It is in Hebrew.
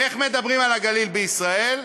איך מדברים על הגליל בישראל?